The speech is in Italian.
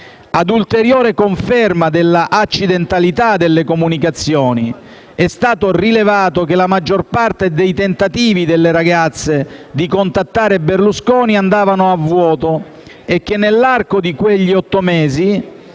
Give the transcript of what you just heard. Ad ulteriore conferma dell'accidentalità delle comunicazioni, è stato rilevato che la maggior parte dei tentativi delle ragazze di contattare Berlusconi andavano "a vuoto" e che, nell'arco di quegli otto mesi,